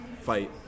fight